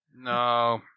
No